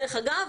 דרך אגב,